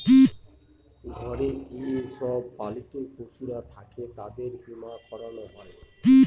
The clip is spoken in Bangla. ঘরে যে সব পালিত পশুরা থাকে তাদের বীমা করানো হয়